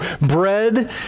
Bread